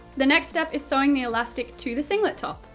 the next step is sewing the elastic to the singlet top!